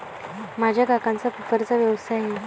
माझ्या काकांचा पेपरचा व्यवसाय आहे